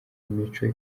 imico